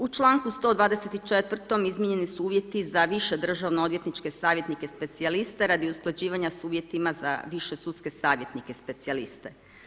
U članku 124. izmijenjeni su uvjeti za više državnoodvjetničke savjetnik i specijaliste radi usklađivanja s uvjetima za više sudske savjetnike i specijaliste.